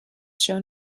shown